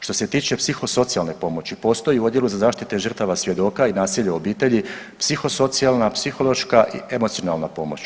Što se tiče psihosocijalne pomoći postoji u Odjelu za zaštite žrtava svjedoka i nasilja u obitelji psihosocijalna, psihološka i emocionalna pomoć.